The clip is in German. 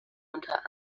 unter